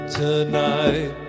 tonight